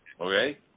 Okay